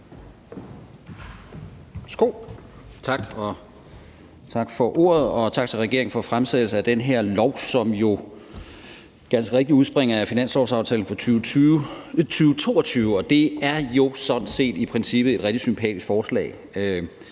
Tak for ordet, og tak til regeringen for at fremsætte det her lovforslag, som jo ganske rigtigt udspringer af finanslovsaftalen for 2022, og det er jo sådan set i princippet et rigtig sympatisk forslag,